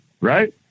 right